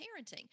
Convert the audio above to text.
parenting